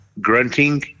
grunting